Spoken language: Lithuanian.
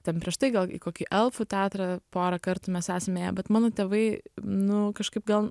ten prieš tai gal į kokį elfų teatrą porą kartų mes esame ėję bet mano tėvai nu kažkaip gal